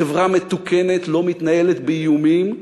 חברה מתוקנת לא מתנהלת באיומים,